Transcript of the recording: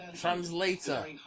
translator